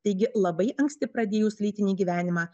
taigi labai anksti pradėjus lytinį gyvenimą